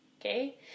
Okay